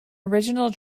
original